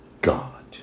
God